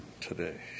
today